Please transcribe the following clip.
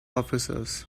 officers